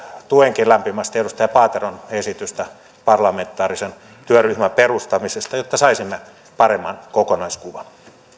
tuenkin lämpimästi edustaja paateron esitystä parlamentaarisen työryhmän perustamisesta jotta saisimme paremman kokonaiskuvan